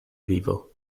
vivo